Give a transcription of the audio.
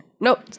Nope